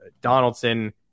Donaldson